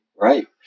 Right